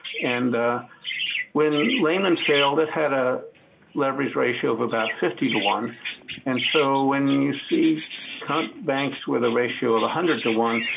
and when lehman failed, it had a leverage ratio of about fifty to one and so when you see banks with a ratio of a hundred to one,